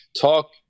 talk